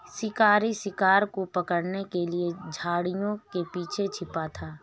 शिकारी शिकार को पकड़ने के लिए झाड़ियों के पीछे छिपा था